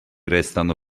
restano